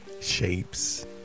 shapes